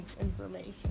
information